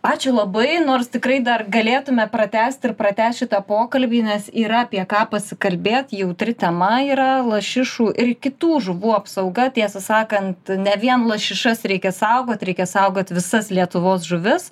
ačiū labai nors tikrai dar galėtume pratęsti ir pratęst šitą pokalbį nes yra apie ką pasikalbėt jautri tema yra lašišų ir kitų žuvų apsauga tiesą sakant ne vien lašišas reikia saugot reikia saugot visas lietuvos žuvis